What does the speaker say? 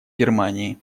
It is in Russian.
германии